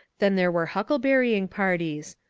then there were huckle berrying parties.